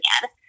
again